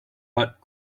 but